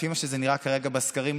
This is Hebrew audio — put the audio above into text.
לפי מה שזה נראה כרגע בסקרים,